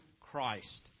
Christ